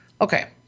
Okay